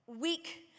weak